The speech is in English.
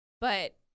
but-